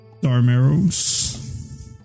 Darmeros